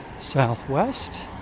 Southwest